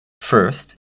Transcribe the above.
First